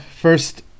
first